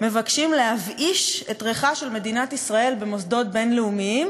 "מבקשים להבאיש את ריחה של מדינת ישראל במוסדות בין-לאומיים",